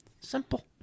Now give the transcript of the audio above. Simple